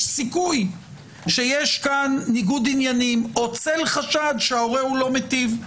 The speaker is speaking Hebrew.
סיכוי שיש כאן ניגוד עניינים או צל חשד שההורה לא מיטיב,